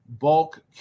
bulk